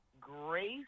grace